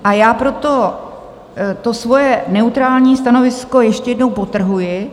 A já proto to svoje neutrální stanovisko ještě jednou podtrhuji.